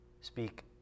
speak